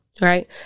Right